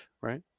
right